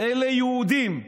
אלה יהודים.